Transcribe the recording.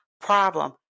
problem